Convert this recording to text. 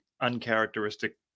uncharacteristic